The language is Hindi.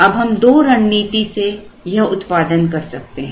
अब हम दो रणनीति से यह उत्पादन कर सकते हैं